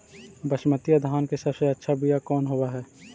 बसमतिया धान के सबसे अच्छा बीया कौन हौब हैं?